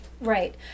Right